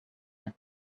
had